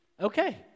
okay